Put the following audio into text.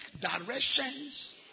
directions